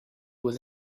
was